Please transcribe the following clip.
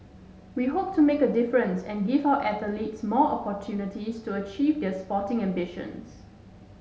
we hope to make a difference and give our athletes more opportunities to achieve their sporting ambitions